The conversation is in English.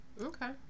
okay